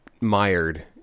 mired